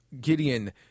gideon